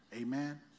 Amen